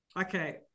Okay